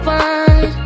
one